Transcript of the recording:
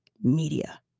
media